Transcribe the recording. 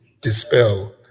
dispel